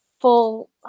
full